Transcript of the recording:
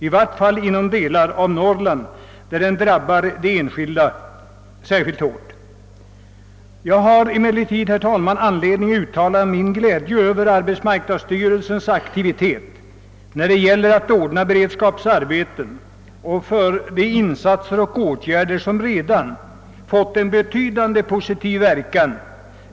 I varje fall inom delar av Norrland, där arbetslösheten drabbar de enskilda mycket hårt, är läget synnerligen otillfredsställande. Jag har emellertid, herr talman, anledning att uttala min glädje över arbetsmarknadsstyrelsens aktivitet när det gäller att ordna beredskapsarbeten och över de insatser och åtgärder som redan fått en betydande positiv effekt.